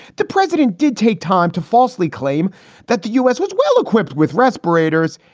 the president did take time to falsely claim that the u s. was well equipped with respirators.